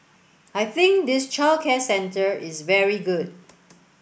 I think this childcare centre is very good